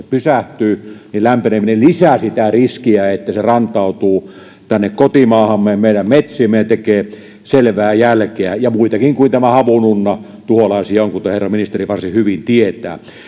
pysähtyy niin se lisää sitä riskiä että se rantautuu tänne kotimaahamme meidän metsiimme ja tekee selvää jälkeä ja muitakin tuholaisia kuin tämä havununna on kuten herra ministeri varsin hyvin tietää